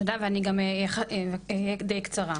תודה ואני גם אהיה די קצרה.